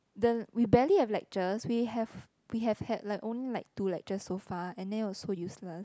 the we barely have lectures we have we have had like only like two lectures so far and then also useless